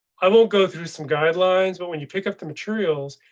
i won't go through some guidelines, but when you pick up the materials,